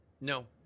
No